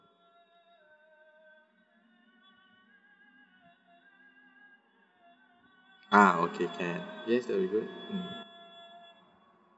ah okay can yes that'll be good mm